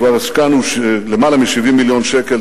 כבר השקענו למעלה מ-70 מיליון שקלים.